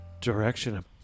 direction